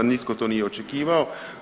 Nitko to nije očekivao.